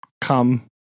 come